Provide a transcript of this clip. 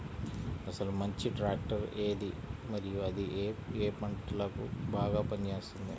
అసలు మంచి ట్రాక్టర్ ఏది మరియు అది ఏ ఏ పంటలకు బాగా పని చేస్తుంది?